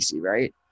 right